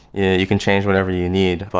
you can change whatever you need.